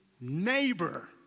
neighbor